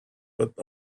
but